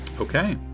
Okay